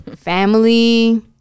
Family